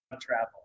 travel